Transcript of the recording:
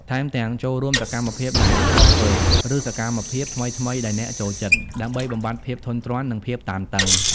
ថែមទាំង ចូលរួមសកម្មភាពដែលធ្លាប់ធ្វើ ឬសកម្មភាពថ្មីៗដែលអ្នកចូលចិត្ត ដើម្បីបំបាត់ភាពធុញទ្រាន់ និងភាពតានតឹង។